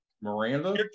Miranda